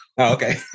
okay